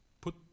put